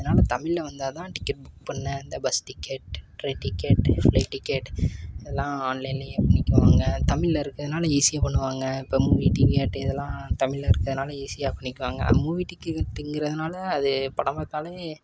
அதனால தமிழ்ல வந்தால் தான் டிக்கெட் புக் பண்ண இந்த bus ticket train ticket flight ticket இதெல்லாம் ஆன்லைன்லேயே பண்ணிக்குவாங்க தமிழ்ல இருக்கதுனால் ஈஸியாக பண்ணுவாங்க இப்போ மூவி டிக்கெட் இதெலாம் தமிழ்ல இருக்கதுனால் ஈஸியாக பண்ணிக்குவாங்க மூவி டிக்கெட்டுங்கிறதுனால் அது படம் பார்த்தாலே